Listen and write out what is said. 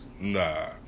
Nah